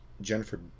Jennifer